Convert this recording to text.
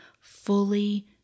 fully